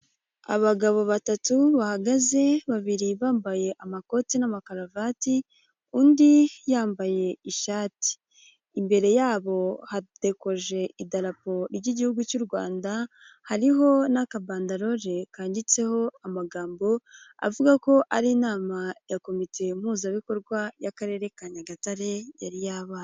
Abagabo batatu bahagaze, babiri bambaye amakoti n'amakararuvati, undi yambaye ishati, imbere yabo hadekoje idarapo ry'igihugu cy'u Rwanda, hariho n'akabandalore kanditseho amagambo, avuga ko ari inama ya komite mpuzabikorwa y'akarere ka Nyagatare yari yabaye.